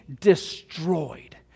destroyed